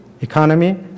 economy